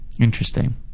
Interesting